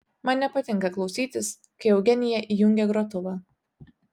man nepatinka klausytis kai eugenija įjungia grotuvą